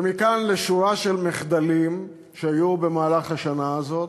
ומכאן לשורה של מחדלים שהיו במהלך השנה הזאת,